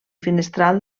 finestral